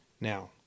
Now